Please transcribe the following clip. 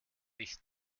nicht